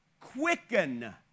quicken